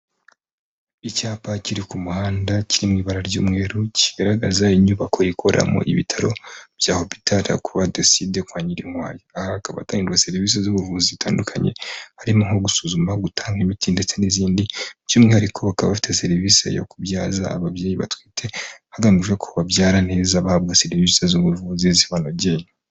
Icyapa kiri ku muhanda kiri mu ibara ry'umweru, kigaragaza inyubako ikoreramo ibitaro bya hopitari ra kuruwa de side kwa NYIRINKWAYA, aha hakaba atangirwa serivisi z'ubuvuzi zitandukanye, harimo nko gusuzuma, gutanga imiti ndetse n'izindi by'umwihariko bakaba bafite serivisi yo kubyaza ababyeyi batwite hagamijwe ko babyara neza bahabwa serivisi z'ubuvuzi zibanogeye.